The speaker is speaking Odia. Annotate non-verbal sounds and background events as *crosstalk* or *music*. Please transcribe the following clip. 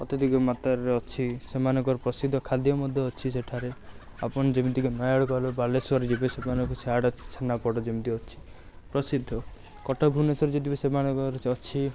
ଅତ୍ୟଧିକ ମାତ୍ରାରେ ଅଛି ସେମାନଙ୍କର ପ୍ରସିଦ୍ଧ ଖାଦ୍ୟ ମଧ୍ୟ ଅଛି ସେଠାରେ ଆପଣ ଯେମିତିକି *unintelligible* ଗଲେ ବାଲେଶ୍ୱର ଯିବେ ସେମାନଙ୍କର ସିଆଡ଼େ ଛେନାପୋଡ଼ ଯେମିତି ଅଛି ପ୍ରସିଦ୍ଧ କଟକ ଭୁବନେଶ୍ୱର ଯଦି ବି ସେମାନଙ୍କର ତ ଅଛି